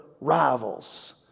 rivals